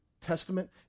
Testament